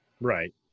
Right